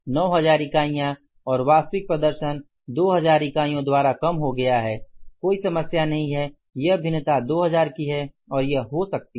9000 इकाइयाँ और वास्तविक प्रदर्शन 2000 इकाइयों द्वारा कम हो गया है कोई समस्या नहीं है यह भिन्नता 2000 की है और यह हो सकती है